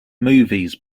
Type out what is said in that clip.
movies